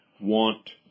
want